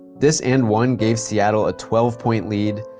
this and one gave seattle a twelve point lead.